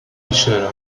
michel